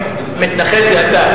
מתנחל זה אתה.